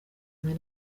rimwe